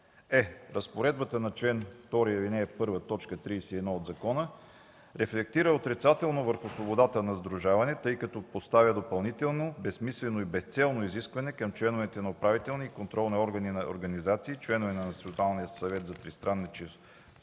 е) Разпоредбата на чл. 2, ал. 1, т. 31 от закона рефлектира отрицателно върху свободата на сдружаване, тъй като поставя допълнително безсмислено и безцелно изискване към членовете на управителните и контролни органи на организациите – членове на